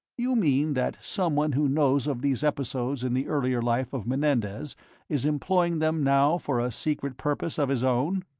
you mean that someone who knows of these episodes in the earlier life of menendez is employing them now for a secret purpose of his own?